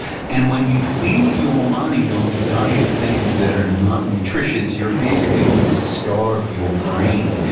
and when you feed your mind on a diet of things that are not nutritious, you're basically going to starve your brain,